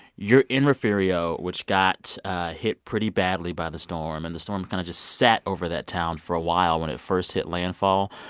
you're in refugio, which got hit pretty badly by the storm. and the storm kind of just sat over that town for a while when it first hit landfall.